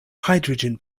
hydrogen